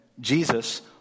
Jesus